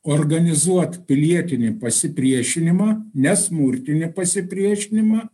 organizuot pilietinį pasipriešinimą ne smurtinį pasipriešinimą